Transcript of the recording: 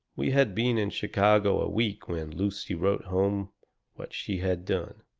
we had been in chicago a week when lucy wrote home what she had done,